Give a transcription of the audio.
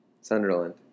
Sunderland